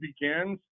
begins